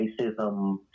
racism